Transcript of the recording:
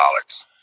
dollars